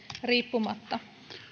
riippumatta